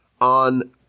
on